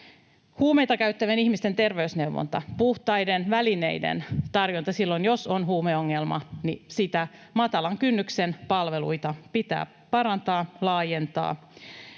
Huumeita käyttävien ihmisten terveysneuvonta, puhtaiden välineiden tarjonta: Silloin jos on huumeongelma, niin matalan kynnyksen palveluita pitää parantaa, laajentaa.